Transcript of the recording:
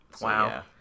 Wow